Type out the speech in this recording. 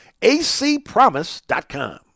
acpromise.com